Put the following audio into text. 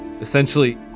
Essentially